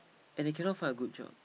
and they cannot find a good job